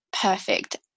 perfect